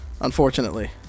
unfortunately